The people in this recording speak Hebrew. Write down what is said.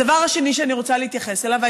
הדבר השני שאני רוצה להתייחס אליו,